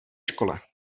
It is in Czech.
škole